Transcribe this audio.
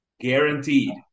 guaranteed